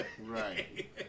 right